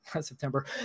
September